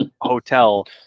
hotel